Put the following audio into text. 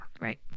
right